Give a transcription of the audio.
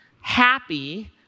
happy